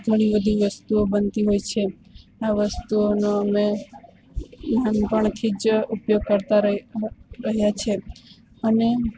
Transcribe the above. ઘણીબધી વસ્તુઓ બનતી હોય છે આ વસ્તુઓનો અમે નાનપણથીજ ઉપયોગ કરતાં રઈ રહ્યાં છીએ અને